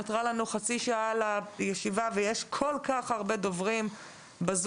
נותרה לנו חצי שעה לישיבה ויש כל כך הרבה דוברים בזום.